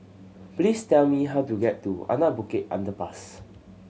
please tell me how to get to Anak Bukit Underpass